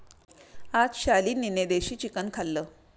आज शालिनीने देशी चिकन खाल्लं